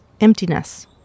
emptiness